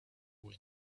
wind